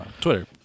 Twitter